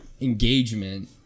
engagement